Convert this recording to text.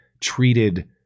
treated